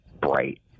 bright